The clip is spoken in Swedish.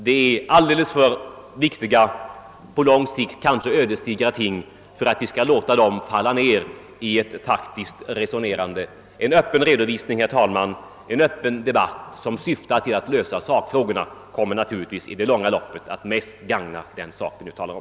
Det är alldeles för viktiga och på lång sikt kanske ödesdigra frågor för att vi skall låta dem hamna i rent taktiska resonemang. Herr talman! En öppen debatt som syftar till att lösa sakfrågorna kommer naturligtvis i det långa loppet att mest gagna den sak vi nu talar om.